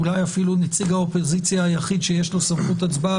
ואולי אפילו נציג האופוזיציה היחיד שיש לו סמכות הצבעה,